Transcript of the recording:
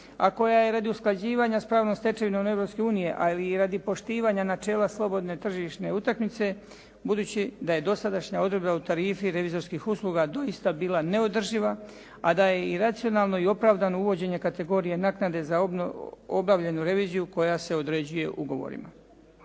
a koja je radi usklađivanja s pravnom stečevinom Europske unije, ali i radi poštivanja načela slobodne tržišne utakmice budući da je dosadašnja odredba u tarifi revizorskih usluga doista bila neodrživa, a da je i racionalno i opravdano uvođenje kategorije naknade za obavljenu reviziju koja se određuje ugovorima.